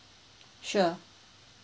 sure